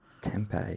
Tempe